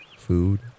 food